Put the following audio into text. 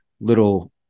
little